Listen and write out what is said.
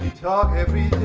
talk every